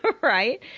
right